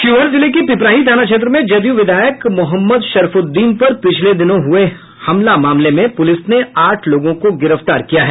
शिवहर जिले के पिपराही थाना क्षेत्र में जदयू विधायक मोहम्मद शरफुद्दीन पर पिछले दिनों हुये हमला मामले में पुलिस ने आठ लोगों को गिरफ्तार किया है